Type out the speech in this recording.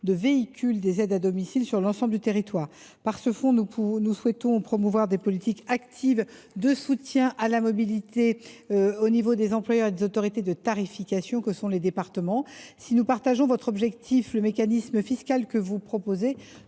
de véhicules sur l’ensemble du territoire. Avec ce fonds, nous souhaitons promouvoir des politiques actives de soutien à la mobilité au niveau des employeurs et des autorités de tarification que sont les départements. Si nous partageons votre objectif, madame la sénatrice, le mécanisme fiscal que vous proposez